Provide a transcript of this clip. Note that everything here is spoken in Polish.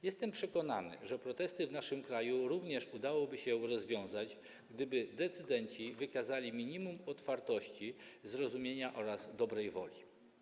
Jestem przekonany, że protesty w naszym kraju również udałoby się rozwiązać, gdyby decydenci wykazali minimum otwartości, zrozumienia oraz dobrej woli.